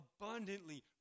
abundantly